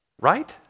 Right